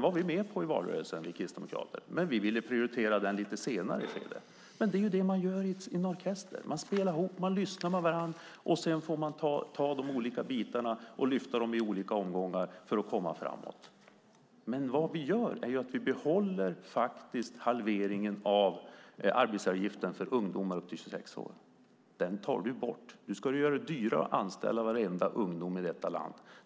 var vi kristdemokrater med på i valrörelsen, men vi ville prioritera den i ett lite senare skede. Men det är det man gör i en orkester. Man spelar ihop, man lyssnar på varandra och sedan får man lyfta fram de olika bitarna och ta dem i olika omgångar för att komma framåt. Det vi gör är att vi faktiskt behåller halveringen av arbetsgivaravgiften för ungdomar upp till 26 år. Den tar du bort. Nu ska du göra det dyrare att anställa varenda ungdom i detta land.